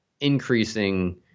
increasing